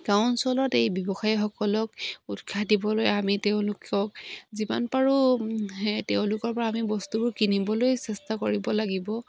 গাঁও অঞ্চলত এই ব্যৱসায়ীসকলক উৎসাহ দিবলৈ আমি তেওঁলোকক যিমান পাৰোঁ তেওঁলোকৰ পৰা আমি বস্তুবোৰ কিনিবলৈ চেষ্টা কৰিব লাগিব